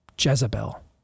Jezebel